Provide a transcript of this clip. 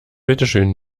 bitteschön